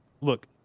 Look